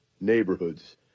neighborhoods